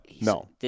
no